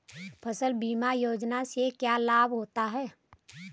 फसल बीमा योजना से क्या लाभ होता है?